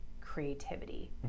creativity